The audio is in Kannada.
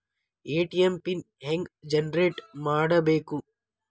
ಎ.ಟಿ.ಎಂ ಪಿನ್ ಹೆಂಗ್ ಜನರೇಟ್ ಮಾಡಬೇಕು?